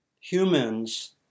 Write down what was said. humans